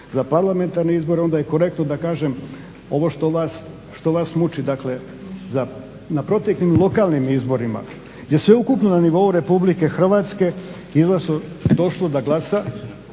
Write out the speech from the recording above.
za parlamentarne izbore. Onda je korektno da kažem ovo što vas muči, dakle na proteklim lokalnim izborima je sveukupno na nivou Republike Hrvatske izašlo, došlo da glasa